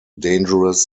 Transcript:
dangerous